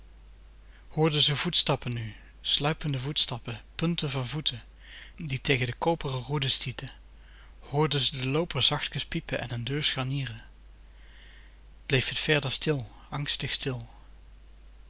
hoorde ze voetstappen nu sluipende voetstappen punten van voeten die tegen de koperen roeden stieten hoorde ze den looper zachtkens piepen en een deur scharnieren bleef t verder stil angstig stil